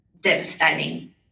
devastating